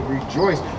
rejoice